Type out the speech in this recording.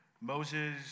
Moses